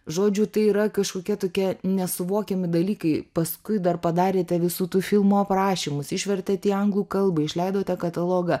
žodžiu tai yra kažkokie tokie nesuvokiami dalykai paskui dar padarėte visų tų filmų aprašymus išvertėt į anglų kalbą išleidote katalogą